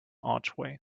archway